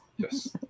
Yes